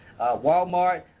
Walmart